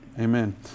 Amen